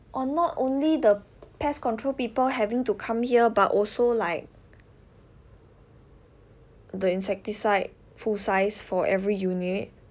on not only the pest control people having to come here but also like the insecticide full size for every unit